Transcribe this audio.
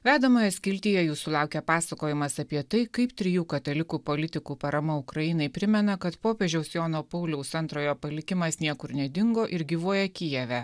vedamoje skiltyje jūsų laukia pasakojimas apie tai kaip trijų katalikų politikų parama ukrainai primena kad popiežiaus jono pauliaus antrojo palikimas niekur nedingo ir gyvuoja kijeve